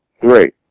Great